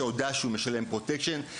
שהודה שהוא משלם Protection,